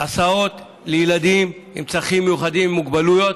הסעות לילדים עם צרכים מיוחדים, עם מוגבלויות,